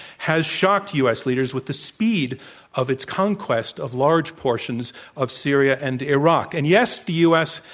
has shocked u. s. leaders with the speed of its conquest of large portions of syria and iraq. and yes, the u. s.